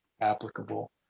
applicable